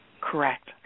Correct